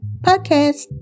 Podcast